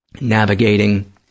navigating